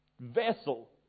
vessel